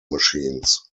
machines